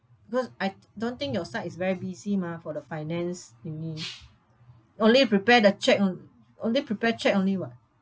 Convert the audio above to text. because I don't think your side is very busy mah for the finance only prepare the check on~ only prepare check only [what]